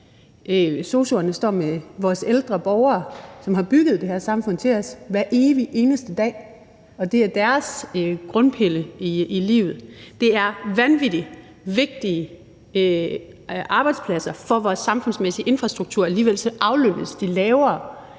sosu'erne står med vores ældre borgere, som har bygget det her samfund til os, hver evige eneste dag, og det er deres grundpille i livet. Det er vanvittig vigtige arbejdspladser for vores samfundsmæssige infrastruktur, og alligevel aflønnes de lavere